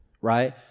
right